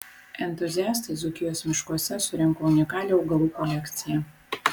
entuziastai dzūkijos miškuose surinko unikalią augalų kolekciją